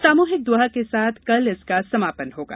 सामुहिक दुआ के साथ कल इसका समापन होगा